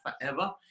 forever